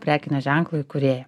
prekinio ženklo įkūrėją